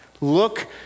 Look